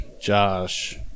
Josh